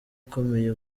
ukomeye